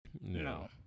no